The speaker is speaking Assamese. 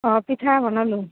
অঁ পিঠা বনালোঁ